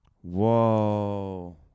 Whoa